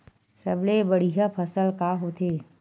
सबले बढ़िया फसल का होथे?